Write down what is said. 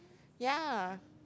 ya